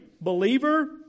believer